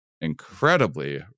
incredibly